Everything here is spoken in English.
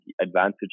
advantage